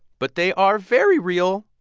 but they are very real,